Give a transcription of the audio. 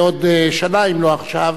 בעוד שנה אם לא עכשיו,